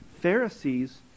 Pharisees